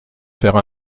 faire